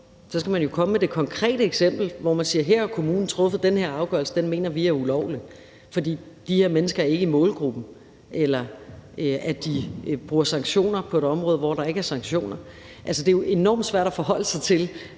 Så skal man jo komme med det konkrete eksempel, hvor man siger, at her har kommunen truffet den her afgørelse, og at den mener man er ulovlig, fordi de her mennesker ikke er i målgruppen, eller fordi de bruger sanktioner på et område, hvor der ikke kan bruges sanktioner. Det er jo enormt svært at forholde sig til,